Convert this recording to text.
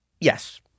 Yes